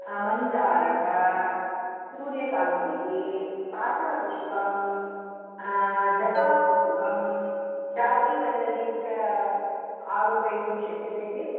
मन्दारः सूर्यकान्तिः पाटलपुष्पं जपाकुसुमं राजीवल्लरी च आरोपयितुं शक्यते किल